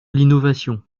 l’innovation